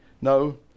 No